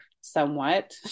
somewhat